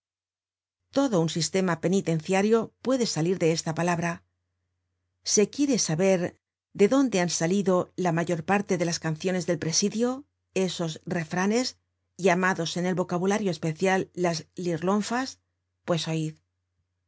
todo un sistema penitenciario puede salir de esta palabra se quiere saber de dónde han salido la mayor parte de las canciones del presidio esos refranes llamados en el vocabulario especial las lirlon fas pues oid